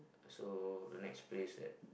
so the next place that